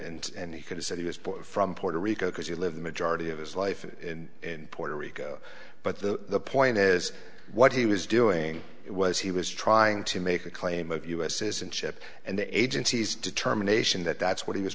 and and he could've said he was from puerto rico because you live the majority of his life in puerto rico but the point is what he was doing was he was trying to make a claim of us citizenship and the agency's determination that that's what he was